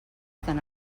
tan